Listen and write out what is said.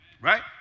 right